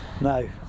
no